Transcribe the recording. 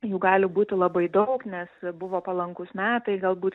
jų gali būti labai daug nes buvo palankūs metai galbūt